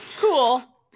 cool